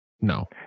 No